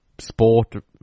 sport